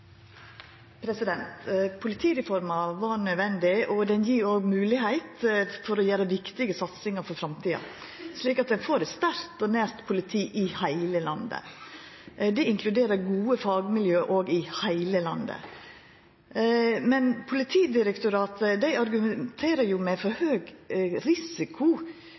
Politireforma var nødvendig, og ho gjev moglegheit til å gjere viktige satsingar for framtida, slik at ein får eit sterkt og nært politi i heile landet. Det inkluderer òg gode fagmiljø i heile landet. Men Politidirektoratet argumenterer med for høg risiko